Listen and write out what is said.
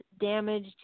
damaged